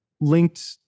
linked